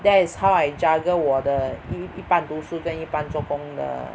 that is how I juggle 我的一半读书跟一半做工的